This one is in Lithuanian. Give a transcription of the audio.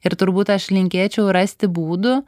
ir turbūt aš linkėčiau rasti būdų